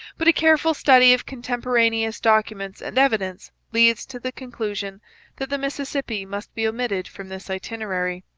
but a careful study of contemporaneous documents and evidence leads to the conclusion that the mississippi must be omitted from this itinerary.